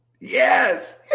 Yes